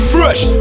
Fresh